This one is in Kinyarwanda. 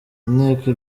inteko